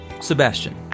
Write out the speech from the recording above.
Sebastian